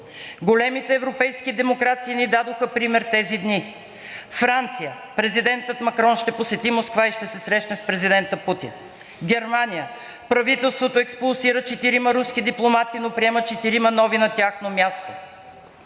Големите европейски демокрации ни дадоха пример тези дни. Франция – президентът Макрон ще посети Москва и ще се срещне с президента Путин. Германия – правителството експулсира четирима руски дипломати, но приема четирима нови на тяхно място.